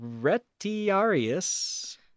Retiarius